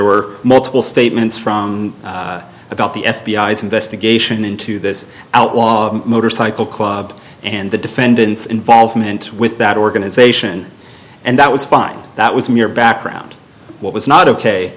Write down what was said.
were multiple statements from about the f b i s investigation into this outlaw motorcycle club and the defendant's involvement with that organization and that was fine that was mere background what was not ok